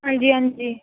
ਹਾਂਜੀ ਹਾਂਜੀ